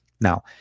Now